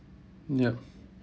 yup